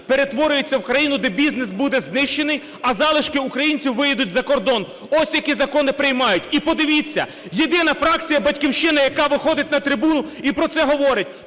перетворюється в країну, де бізнес буде знищений, а залишки українців виїдуть за кордон. Ось які закони приймають. І подивіться, єдина фракція "Батьківщина", яка виходить на трибуну і про це говорить.